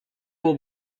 will